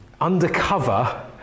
undercover